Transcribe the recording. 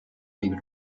libro